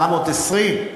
720?